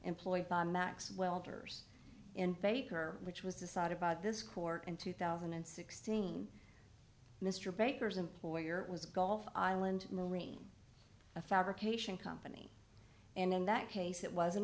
employed by max welders in faith her which was decided by this court in two thousand and sixteen mr baker's employer was golf island marine a fabrication company and in that case it was an